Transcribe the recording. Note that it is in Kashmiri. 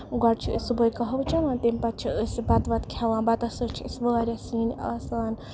گۄڈٕ چھِ أسۍ صبُحٲے کَہوٕ چیوان تَمہِ پَتہٕ چھِ أسۍ بَتہٕ وَتہٕ کھٮ۪وان بَتس سۭتۍ چھِ اَسہِ واریاہ سِنۍ آسان